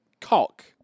cock